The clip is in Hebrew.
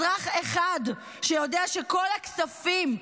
אזרח אחד שיודע שכל הכספים,